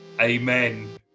Amen